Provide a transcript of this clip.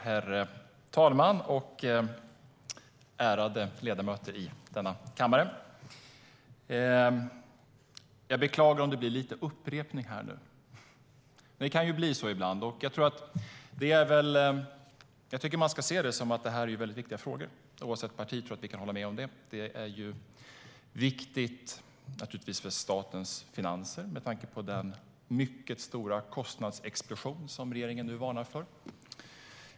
Herr talman och ärade ledamöter i denna kammare! Jag beklagar om det blir lite upprepning nu, men det kan bli så ibland. Jag tycker att man ska se det som att det här är viktiga frågor. Oavsett partitillhörighet tror jag att ni kan hålla med om det. Det är viktigt för statens finanser med tanke på den mycket stora kostnadsexplosion som regeringen nu varnar för.